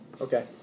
okay